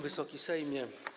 Wysoki Sejmie!